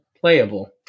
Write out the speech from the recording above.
playable